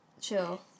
Chill